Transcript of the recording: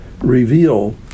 reveal